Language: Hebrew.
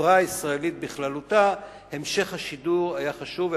שלחברה הישראלית בכללותה המשך השידור היה חשוב,